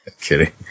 Kidding